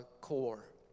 core